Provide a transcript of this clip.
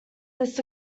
this